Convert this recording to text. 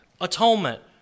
atonement